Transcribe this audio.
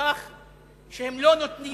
לכך שהם לא נותנים